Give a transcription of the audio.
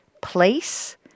place